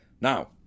Now